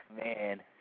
man